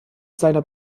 seiner